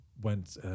went